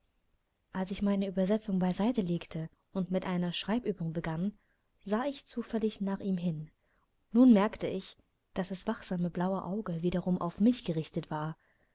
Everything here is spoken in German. als ich meine übersetzung beiseite legte und mit einer schreibübung begann sah ich zufällig nach ihm hin nun merkte ich daß das wachsame blaue auge wiederum auf mich gerichtet war